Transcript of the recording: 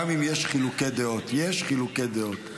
גם אם יש חילוקי דעות,